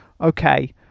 Okay